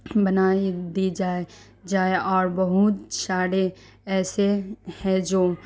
بنائے دی جائے جائے اور بہت سارے ایسے ہے جو